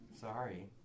Sorry